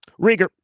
Rieger